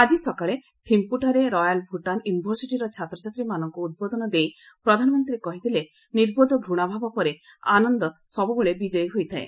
ଆଜି ସକାଳେ ଥିମ୍ପୁଠାରେ ରୟାଲ୍ ଭୁଟାନ୍ ୟୁନିଭର୍ସିଟିର ଛାତ୍ରଛାତ୍ରୀମାନଙ୍କୁ ଉଦ୍ବୋଧନ ଦେଇ ପ୍ରଧାନମନ୍ତ୍ରୀ କହିଥିଲେ ନିର୍ବୋଧ ଭାବ ପରେ ଆନନ୍ଦ ସବୂବେଳେ ବିଜୟୀ ହୋଇଥାଏ